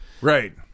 Right